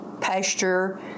pasture